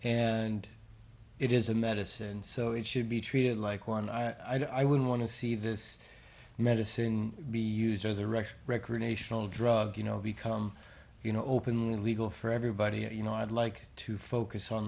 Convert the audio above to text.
and it is a medicine so it should be treated like one i wouldn't want to see this medicine be used as a rush recreational drug you know become you know open legal for everybody you know i'd like to focus on